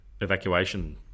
evacuation